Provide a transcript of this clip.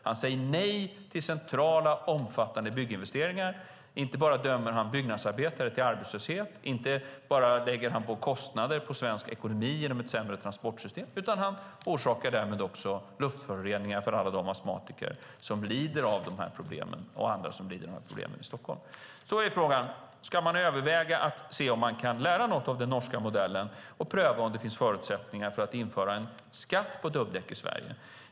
Han säger nej till centrala och omfattande bygginvesteringar. Han dömer inte bara byggnadsarbetare till arbetslöshet och lägger inte bara på kostnader på svensk ekonomi genom ett sämre transportsystem, utan han orsakar därmed också luftföroreningar för alla astmatiker och andra som lider av de här problemen i Stockholm. Då är frågan: Ska man överväga om man kan lära något av den norska modellen och pröva om det finns förutsättningar för att införa en skatt på dubbdäck i Sverige?